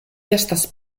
estas